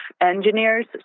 engineers